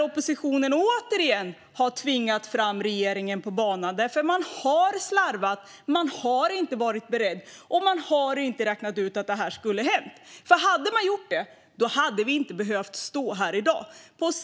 Oppositionen har återigen tvingat fram regeringen i banan. Man har nämligen slarvat, man har inte varit beredd och man har inte räknat ut att det här skulle hända. Om man hade gjort det hade vi inte behövt stå här i dag.